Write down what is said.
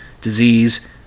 disease